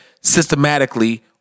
systematically